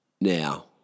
now